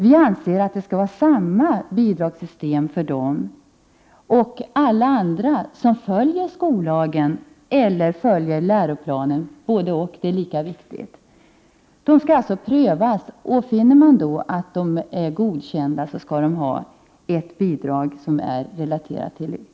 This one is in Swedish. Vi anser att bidragssystemet skall gälla också dessa skolor, men även alla andra skolor som följer skollagen eller läroplanen — båda är lika viktiga. Det måste ske en prövning. Finner man då att en skola är godkänd, skall denna ha elevrelaterade bidrag.